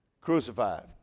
crucified